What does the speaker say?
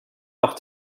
auch